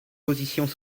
positions